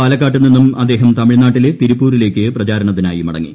പാലക്കാട്ടു നിന്നും അദ്ദേഹം തമിഴ്നാട്ടിലെ തിരുപ്പൂരിലേക്ക് പ്രചാരണത്തിനായി മടങ്ങി